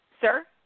Sir